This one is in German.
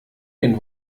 den